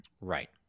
Right